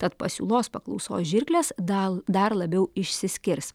tad pasiūlos paklausos žirklės dal dar labiau išsiskirs